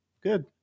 good